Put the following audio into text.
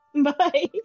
Bye